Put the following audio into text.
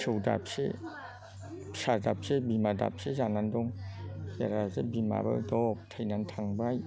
फिसौ दाबसे फिसा दाबसे बिमा दाबसे जानानै दं बेराफारसे बिमायाबो दब थैनानै थांबाय